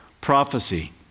prophecy